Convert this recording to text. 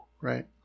right